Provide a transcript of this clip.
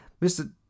Mr